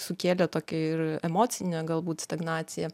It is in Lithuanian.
sukėlė tokią ir emocinę galbūt stagnaciją